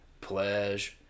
Pleasure